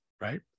Right